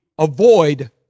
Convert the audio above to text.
Avoid